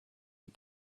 die